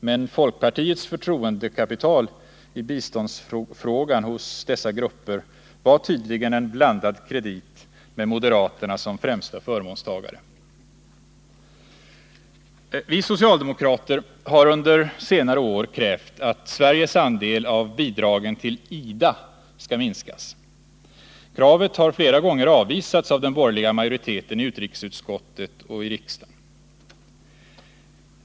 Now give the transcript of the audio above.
Men folkpartiets förtroendekapital i biståndsfrågan hos dessa grupper var tydligen en blandad kredit med moderaterna som främsta förmånstagare. Vi socialdemokrater har under senare år krävt att Sveriges andel av bidragen till IDA skall minskas. Kravet har flera gånger avvisats av den borgerliga majoriteten i utrikesutskottet och i riksdagen.